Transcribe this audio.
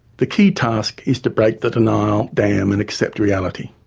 the key task is to break the denial dam and accept reality.